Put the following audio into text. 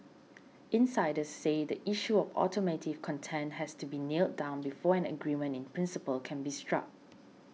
insiders say the issue of automotive content has to be nailed down before an agreement in principle can be struck